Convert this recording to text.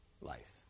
life